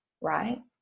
Right